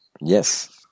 Yes